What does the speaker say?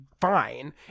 fine